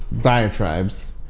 diatribes